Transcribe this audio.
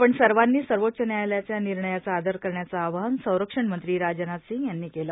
आपण सर्वांनी सर्वोच्च व्यायालयाच्या विर्णयाचा आदर करण्याचं आवाहन संरक्षण मंत्री राजनाथ सिंग यांनी केलं